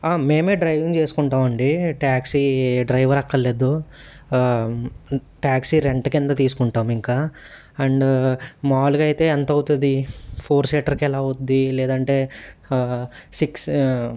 మేమే డ్రైవింగ్ చేసుకుంటామండి taxi driver అక్కర్లేదు ట్యాక్సీ రెంట్ కింద తీసుకుంటాం ఇంకా అండ్ మాములుగా అయితే ఎంత అవుతుంది ఫోర్ సీటర్కి ఎలా అవుద్ది లేదంటే సిక్స్